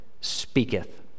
speaketh